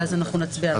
ואז אנחנו נצביע על הכול.